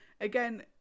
again